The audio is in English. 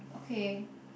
okay